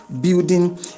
building